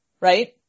right